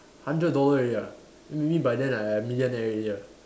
hundred already ah m~ maybe by then I millionaire already ah